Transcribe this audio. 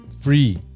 free